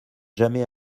jamais